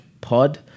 pod